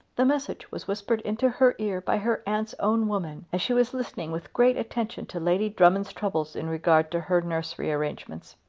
the message was whispered into her ear by her aunt's own woman as she was listening with great attention to lady drummond's troubles in regard to her nursery arrangements.